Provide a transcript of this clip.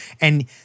and-